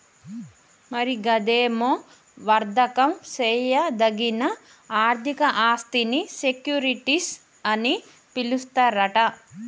మరి గదేమో వర్దకం సేయదగిన ఆర్థిక ఆస్థినీ సెక్యూరిటీస్ అని పిలుస్తారట